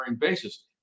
basis